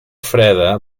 freda